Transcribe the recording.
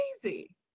crazy